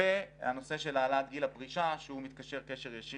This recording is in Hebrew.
והנושא של העלאת גיל הפרישה שהוא מתקשר קשר ישיר